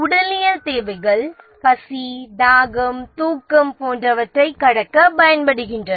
உடலியல் தேவைகள் ஆனது பசி தாகம் தூக்கம் போன்றவற்றைக் கடக்கப் பயன்படுகின்றன